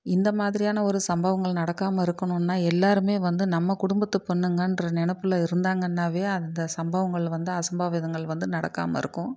இந்த மாதிரியான ஒரு சம்பவங்கள் நடக்காமல் இருக்கணுன்னா எல்லோருமே வந்து நம்ம குடும்பத்து பொண்ணுங்கன்ற நினைப்புல இருந்தாங்கன்னாவே அந்த சம்பவங்கள் வந்து அசம்பாவிதங்கள் வந்து நடக்காமல் இருக்கும்